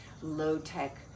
low-tech